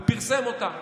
הוא פרסם אותה.